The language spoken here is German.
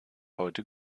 heute